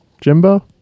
Jimbo